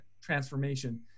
transformation